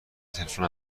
تلفن